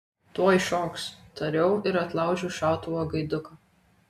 tuoj šoks tariau ir atlaužiau šautuvo gaiduką